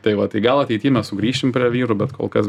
tai va tai gal ateity mes sugrįšim prie vyrų bet kol kas